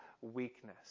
weakness